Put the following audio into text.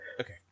Okay